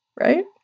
right